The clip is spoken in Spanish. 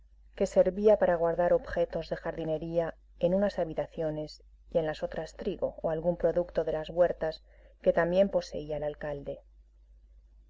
que servía para guardar objetos de jardinería en unas habitaciones y en las otras trigo o algún producto de las huertas que también poseía el alcalde